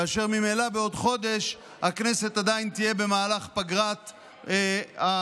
כאשר ממילא בעוד חודש הכנסת עדיין תהיה במהלך פגרת הפסח.